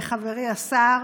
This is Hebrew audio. חברי השר,